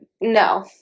no